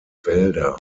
wälder